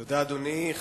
תודה, אדוני.